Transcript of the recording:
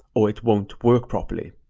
or it won't work properly.